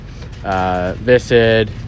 Visid